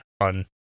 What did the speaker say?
on